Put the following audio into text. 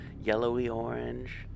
yellowy-orange